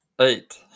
Eight